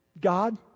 God